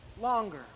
longer